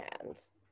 hands